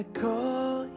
call